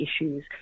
issues